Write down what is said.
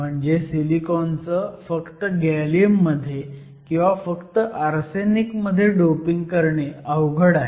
म्हणजे सिलिकॉनचं फक्त गॅलियम मध्ये किंवा फक्त आर्सेनिक मध्ये डोपिंग करणे अवघड आहे